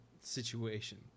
situation